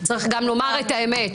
צריך גם לומר את האמת,